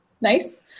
nice